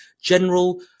general